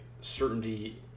certainty